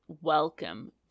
welcome